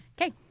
Okay